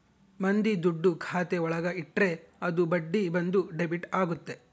ಮಂದಿ ದುಡ್ಡು ಖಾತೆ ಒಳಗ ಇಟ್ರೆ ಅದು ಬಡ್ಡಿ ಬಂದು ಡೆಬಿಟ್ ಆಗುತ್ತೆ